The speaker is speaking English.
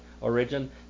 origin